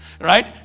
right